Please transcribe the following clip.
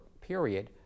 period